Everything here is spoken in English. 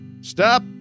Stop